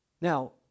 Now